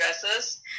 dresses